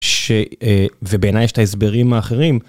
ובעיניי יש את ההסברים האחרים.